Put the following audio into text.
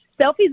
Selfies